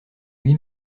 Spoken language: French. lui